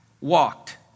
walked